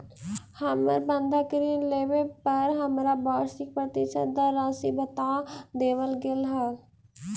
हमर बंधक ऋण लेवे पर हमरा वार्षिक प्रतिशत दर राशी बता देवल गेल हल